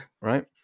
right